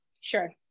Sure